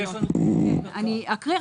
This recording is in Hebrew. אני אקריא.